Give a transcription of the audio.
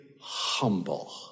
humble